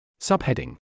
Subheading